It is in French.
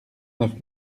neuf